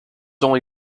only